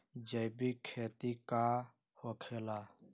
जैविक खेती का होखे ला?